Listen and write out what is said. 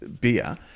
beer